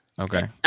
Okay